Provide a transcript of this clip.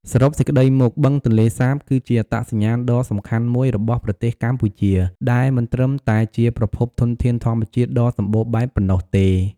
សរុបសេចក្តីមក បឹងទន្លេសាបគឺជាអត្តសញ្ញាណដ៏សំខាន់មួយរបស់ប្រទេសកម្ពុជា ដែលមិនត្រឹមតែជាប្រភពធនធានធម្មជាតិដ៏សម្បូរបែបប៉ុណ្ណោះទេ។